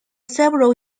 several